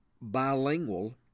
bilingual